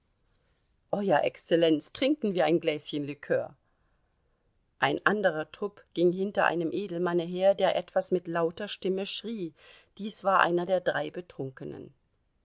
euer exzellenz trinken wir ein gläschen likör ein anderer trupp ging hinter einem edelmanne her der etwas mit lauter stimme schrie dies war einer der drei betrunkenen